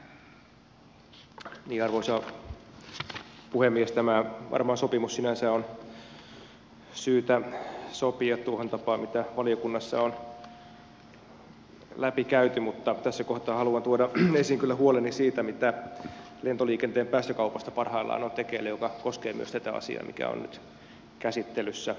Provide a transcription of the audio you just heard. varmaan sopimus sinänsä on syytä sopia tuohon tapaan mitä valiokunnassa on läpikäyty mutta tässä kohtaa haluan kyllä tuoda esiin huoleni siitä mitä lentoliikenteen päästökaupassa parhaillaan on tekeillä ja se koskee myös tätä asiaa mikä on nyt käsittelyssä